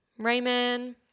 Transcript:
Rayman